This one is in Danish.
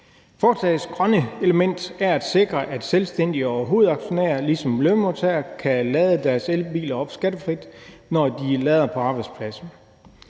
Forslagets grønne element handler om at sikre, at selvstændige og hovedaktionærer ligesom lønmodtagere kan lade deres elbiler op skattefrit, når de lader på arbejdspladsen.